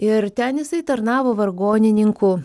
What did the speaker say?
ir ten jisai tarnavo vargonininku